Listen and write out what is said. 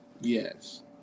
Yes